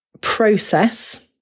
process